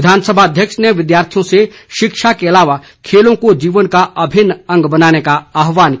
विधानसभा अध्यक्ष ने विद्यार्थियों से शिक्षा के अलावा खेलों को जीवन का अभिन्न अंग बनाने का आहवान किया